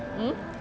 mm